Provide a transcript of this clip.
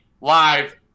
live